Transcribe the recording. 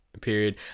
Period